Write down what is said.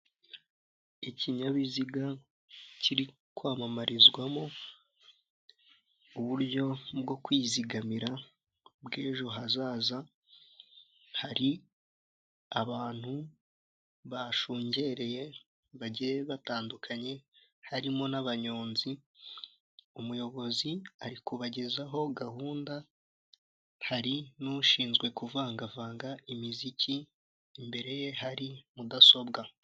Ikinyabiziga kiri kwamamarizwamo uburyo bwo kwizigamira bw'ejo hazaza hari abantu bashungereye bagiye batandukanye harimo n'abanyonzi, umuyobozi ari kubagezaho gahunda hari n'ushinzwe kuvangavanga imiziki, imbere ye hari mudasobwa.